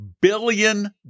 billion